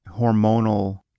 hormonal